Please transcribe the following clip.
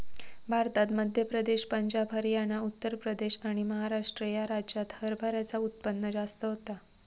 भारतात मध्य प्रदेश, पंजाब, हरयाना, उत्तर प्रदेश आणि महाराष्ट्र ह्या राज्यांत हरभऱ्याचा उत्पन्न जास्त होता